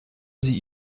sie